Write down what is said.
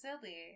silly